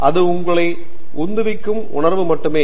அது உங்களை உந்துவிக்கும் உணர்வு மட்டுமே